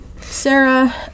Sarah